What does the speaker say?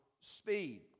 speed